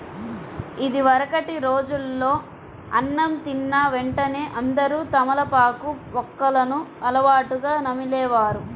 ఇదివరకటి రోజుల్లో అన్నం తిన్న వెంటనే అందరూ తమలపాకు, వక్కలను అలవాటుగా నమిలే వారు